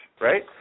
right